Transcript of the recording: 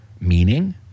meaning